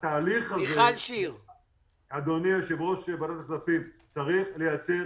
אדוני היושב-ראש, צריך לייצר